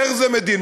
איך זה שמדינה,